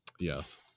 Yes